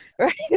right